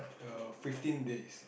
err fifteen days